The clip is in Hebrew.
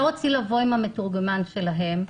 הרבה רוצים לבוא עם המתורגמן שלהם.